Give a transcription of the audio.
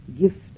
gift